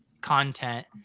content